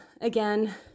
Again